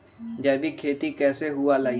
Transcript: जैविक खेती कैसे हुआ लाई?